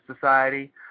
Society